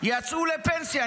יצאו לפנסיה,